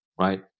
right